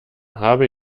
habe